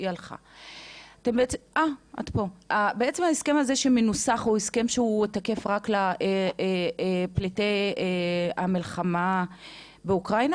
הוא הסכם שתקף רק לפליטי המלחמה באוקראינה,